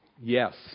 Yes